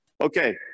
Okay